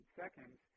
seconds